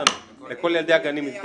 לכל ילדי הגנים הסדרנו.